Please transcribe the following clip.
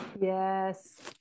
yes